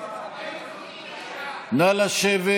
נא לשבת